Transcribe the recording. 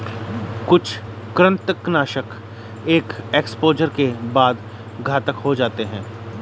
कुछ कृंतकनाशक एक एक्सपोजर के बाद घातक हो जाते है